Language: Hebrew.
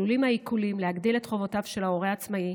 עלולים העיקולים להגדיל את חובותיו של ההורה העצמאי,